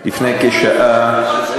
לפני כשעה,